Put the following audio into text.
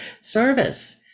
service